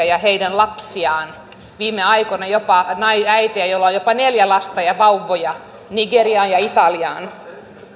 ja heidän lapsiaan viime aikoina jopa äitejä joilla on jopa neljä lasta ja vauvoja nigeriaan ja italiaan